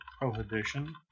prohibition